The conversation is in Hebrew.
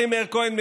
חברי מאיר כהן,